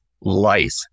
life